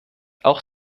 auch